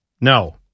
No